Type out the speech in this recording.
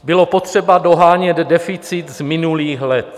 Bylo potřeba dohánět deficit z minulých let.